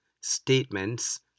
statements